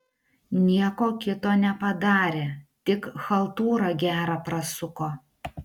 nieko kito nepadarė tik chaltūrą gerą prasuko